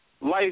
life